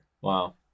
Wow